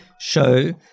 show